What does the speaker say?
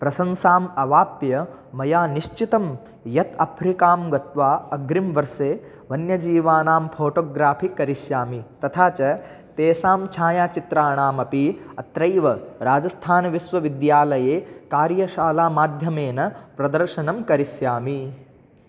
प्रशंसाम् अवाप्य मया निश्चितं यत् अफ़्रिकां गत्वा अग्रिमवर्षे वन्यजीवानां फ़ोटोग्राफ़ि करिष्यामि तथा च तेषां छायाच्चित्राणामपि अत्रैव राजस्थानविश्वविद्यालये कार्यशालामाध्यमेन प्रदर्शनं करिष्यामि